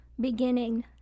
beginning